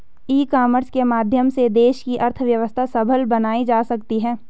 ई commerce के माध्यम से देश की अर्थव्यवस्था सबल बनाई जा सकती है